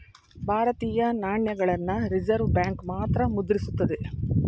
ಭಾರತೀಯ ನಾಣ್ಯಗಳನ್ನ reserve bank ಮಾತ್ರ ಮುದ್ರಿಸುತ್ತದೆ